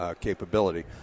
capability